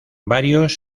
varios